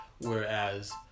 whereas